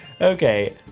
Okay